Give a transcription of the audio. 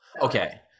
okay